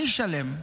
אני אשלם,